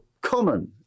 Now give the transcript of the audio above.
common